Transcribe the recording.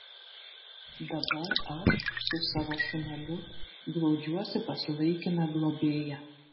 dabar aš su savo šuneliu glaudžiuosi pas laikiną globėją